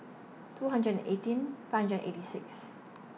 two hundred and eighteen five hundred and eighty six